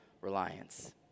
reliance